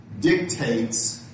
dictates